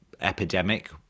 epidemic